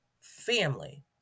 family